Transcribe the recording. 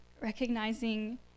recognizing